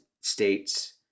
states